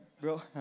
bro